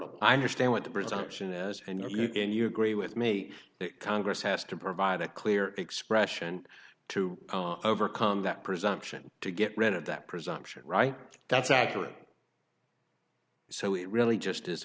d i understand what the presumption is and you and you agree with me that congress has to provide a clear expression to overcome that presumption to get rid of that presumption right that's accurate so it really just is